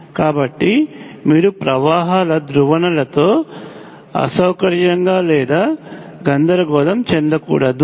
కాబట్టి మీరు ప్రవాహాల ధ్రువణతలతో అసౌకర్యంగా లేదా గందరగోళం చెందకూడదు